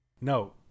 no